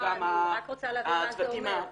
אני רק רוצה להבין מה זה אומר,